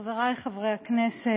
חברי חברי הכנסת,